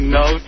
no